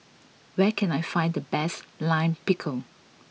where can I find the best Lime Pickle